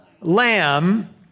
lamb